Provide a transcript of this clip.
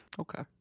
okay